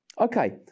Okay